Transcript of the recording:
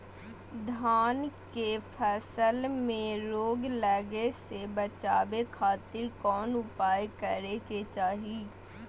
धान के फसल में रोग लगे से बचावे खातिर कौन उपाय करे के चाही?